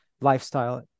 lifestyle